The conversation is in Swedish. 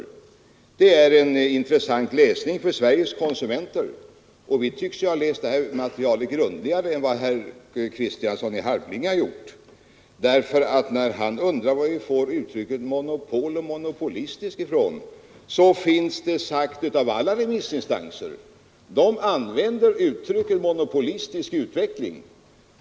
Det är intressant läsning för Sveriges konsumenter, och vi tycks ha läst detta material grundligare än vad herr Kristiansson i Harplinge har gjort. Han undrar var vi får uttrycken monopol och monopolistisk ifrån. De har använts av alla remissinstanser. Dessa använder uttrycket ”monopolistisk utveckling”.